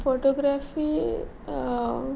photography